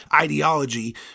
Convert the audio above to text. ideology